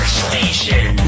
station